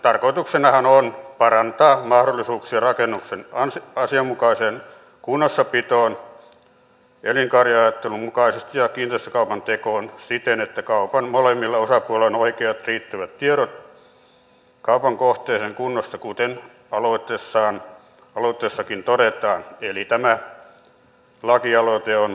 tarkoituksenahan on parantaa mahdollisuuksia rakennuksen asianmukaiseen kunnossapitoon elinkaariajattelun mukaisesti ja kiinteistökaupan tekoon siten että kaupan molemmilla osapuolilla on oikeat riittävät tiedot kaupan kohteen kunnosta kuten aloitteessakin todetaan eli tämä lakialoite on hyvinkin kannatettava